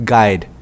Guide